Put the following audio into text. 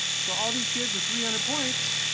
so all these kids with three hundred points,